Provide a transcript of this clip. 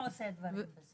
הוא תמיד עושה דברים בשכל...